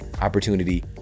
opportunity